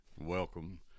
Welcome